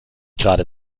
gerade